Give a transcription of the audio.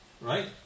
Right